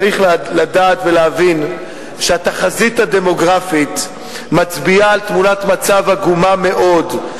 צריך לדעת ולהבין שהתחזית הדמוגרפית מצביעה על תמונת מצב עגומה מאוד,